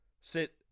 sit